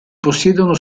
possiedono